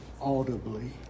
audibly